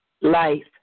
life